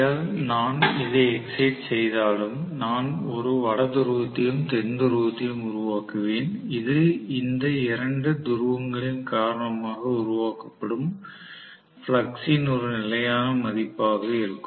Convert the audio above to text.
யால் நான் இதை எக்ஸைட் செய்தாலும் நான் ஒரு வட துருவத்தையும் தென் துருவத்தையும் உருவாக்குவேன் இது இந்த இரண்டு துருவங்களின் காரணமாக உருவாக்கப்படும் ஃப்ளக்ஸ் ன் ஒரு நிலையான மதிப்பாக இருக்கும்